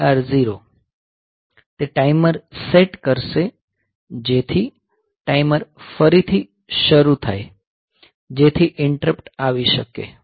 તે timer set કરશે જેથી ટાઈમર ફરીથી શરૂ થાય જેથી ઇન્ટરપ્ટ આવી શકે